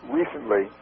recently